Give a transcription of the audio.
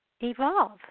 evolve